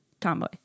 tomboy